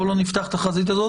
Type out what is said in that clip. בואו לא נפתח את החזית הזאת.